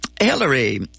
Hillary